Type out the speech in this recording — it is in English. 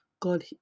God